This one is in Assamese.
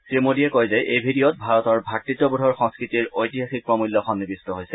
শ্ৰীমোডীয়ে কয় যে এই ভিডিঅ'ত ভাৰতৰ ভাত়ত্ববোধৰ সংস্কৃতিৰ ঐতিহাসিক প্ৰমূল্য সন্নিৱিষ্ট হৈছে